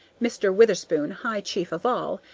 mr. witherspoon high chief of all,